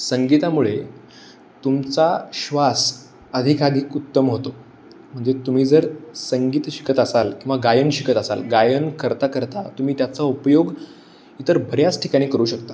संगीतामुळे तुमचा श्वास अधिकाधिक उत्तम होतो म्हणजे तुम्ही जर संगीत शिकत असाल किंवा गायन शिकत असाल गायन करता करता तुम्ही त्याचा उपयोग इतर बऱ्याच ठिकाणी करू शकता